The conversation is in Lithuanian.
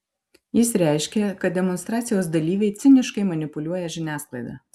jis reiškė kad demonstracijos dalyviai ciniškai manipuliuoja žiniasklaida